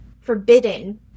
forbidden